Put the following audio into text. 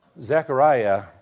Zechariah